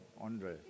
Andre